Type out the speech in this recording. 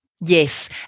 Yes